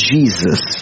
Jesus